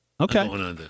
Okay